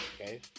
okay